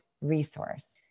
resource